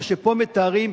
מה שפה מתארים,